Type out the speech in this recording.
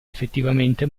effettivamente